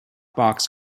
box